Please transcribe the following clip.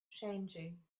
changing